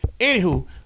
Anywho